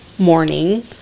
morning